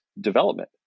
Development